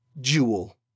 Jewel